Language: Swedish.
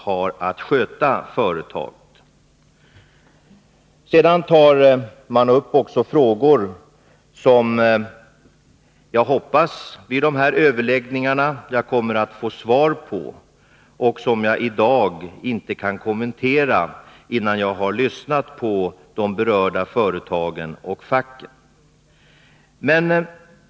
Det har vidare ställts frågor som jag hoppas att jag kommer att få svar på vid överläggningarna och som jag inte kan kommentera innan jag har lyssnat på de berörda företagen och facket.